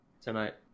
tonight